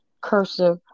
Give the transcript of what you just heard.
cursive